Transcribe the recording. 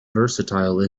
versatile